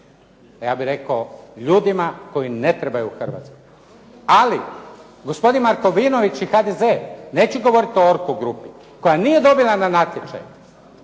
ja bih rekao, ljudima koji ne trebaju Hrvatskoj. Ali gospodin Markovinović i HDZ, neću govorit o ORCO grupi koja nije dobila na natječaju,